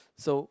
so